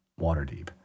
waterdeep